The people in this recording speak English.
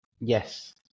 yes